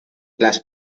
las